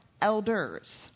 elders